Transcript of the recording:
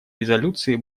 резолюции